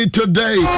today